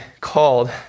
called